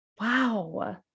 Wow